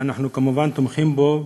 שאנחנו כמובן תומכים בו,